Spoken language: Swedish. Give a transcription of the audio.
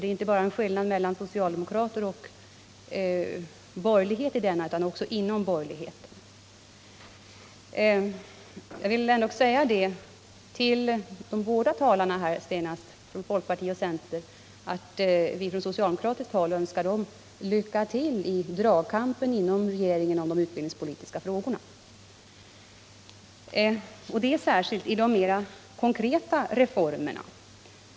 Skillnader finns inte bara mellan socialdemokrater och borgerliga, utan även inom borgerligheten. Till de båda senaste talarna, från folkpartiet och centern, vill jag dock säga att vi från socialdemokratiskt håll önskar dem lycka till i dragkampen inom regeringen i de utbildningspolitiska frågorna. Detta gäller särskilt de mera konkreta åtgärderna.